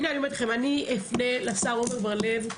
אני אפנה לשר עמר בר-לב.